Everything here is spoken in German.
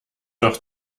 doch